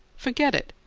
forget it!